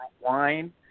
Wine